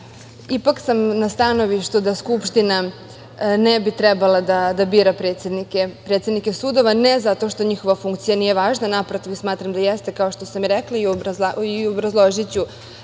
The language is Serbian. ipak sam na stanovištu da Skupština ne bi trebala da bira predsednike sudova, ne zato što njihova funkcija nije važna. Naprotiv, smatram da jeste, kao što sam i rekla i obrazložiću